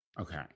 Okay